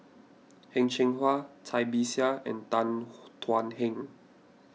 Heng Cheng Hwa Cai Bixia and Tan Thuan Heng